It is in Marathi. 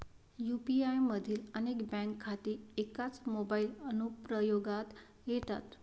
यू.पी.आय मधील अनेक बँक खाती एकाच मोबाइल अनुप्रयोगात येतात